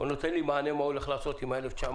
הוא נותן לי מענה מה הוא הולך לעשות עם ה-1,900